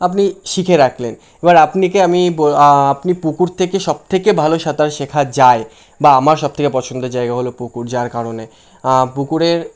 আপনি শিখে রাখলেন এবার আপনিকে আমি আপনি পুকুর থেকে সবথেকে ভালো সাঁতার শেখা যায় বা আমার সবথেকে পছন্দের জায়গা হলো পুকুর যার কারণে পুকুরের